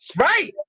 Right